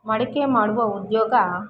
ಮಡಕೆ ಮಾಡುವ ಉದ್ಯೋಗ